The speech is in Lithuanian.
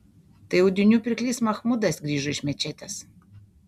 tai audinių pirklys machmudas grįžo iš mečetės